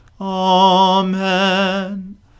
Amen